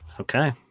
Okay